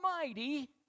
Almighty